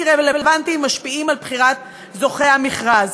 רלוונטיים משפיעים על בחירת זוכה המכרז.